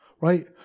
Right